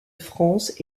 france